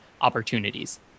opportunities